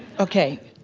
okay,